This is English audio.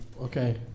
Okay